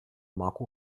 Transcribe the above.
marco